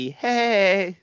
hey